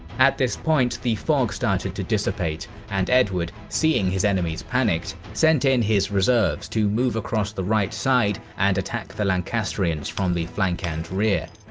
at this point the fog started to dissipate and edward, seeing his enemies panicked, sent his in his reserves to move across the right side and attack the lancastrians from the flank and rear.